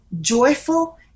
joyful